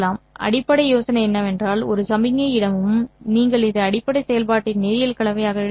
அடிப்படை யோசனை என்னவென்றால் ஒவ்வொரு சமிக்ஞை இடமும் நீங்கள் அதை அடிப்படை செயல்பாட்டின் நேரியல் கலவையாக எழுத முடியும்